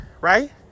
right